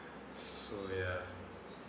so ya